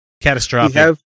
catastrophic